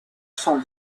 cent